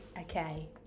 Okay